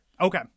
Okay